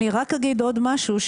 אני רק אגיד עוד משהו,